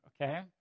okay